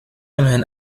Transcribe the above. immerhin